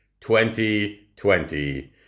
2020